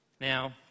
Now